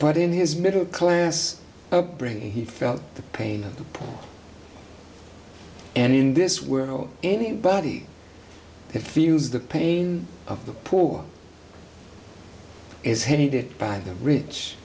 but in his middle class upbringing he felt the pain and in this world anybody feels the pain of the poor is hated by the rich